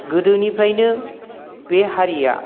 गोदोनिफ्रायनो बे हारिया